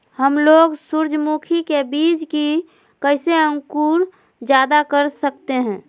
हमलोग सूरजमुखी के बिज की कैसे अंकुर जायदा कर सकते हैं?